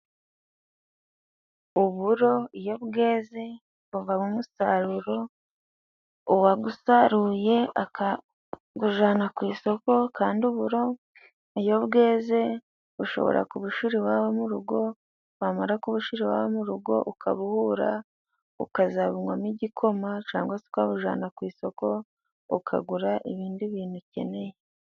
Uburo iyo bweze buvamo umusaruro uwagusaruye akagujana ku isoko kandi uburo iyo bweze bushobora kubushira iwawe mu urugo wamara kubushira iwawe mu urugo ukabura ukazabunywamo igikoma cangwa se ukabujana ku isoko ukagura ibindi bintu ukeneye.